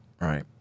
right